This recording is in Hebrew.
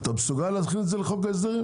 אתה מסוגל להכניס את זה לחוק ההסדרים?